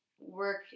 work